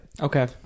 Okay